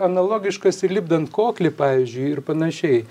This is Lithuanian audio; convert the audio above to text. analogiškas ir lipdant koklį pavyzdžiui ir panašiai